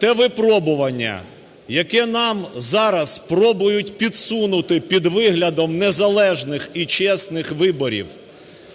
те випробування, яке нам зараз спробують підсунути під виглядом незалежних і чесних виборів